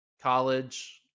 college